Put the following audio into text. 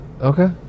Okay